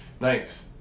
Nice